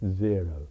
zero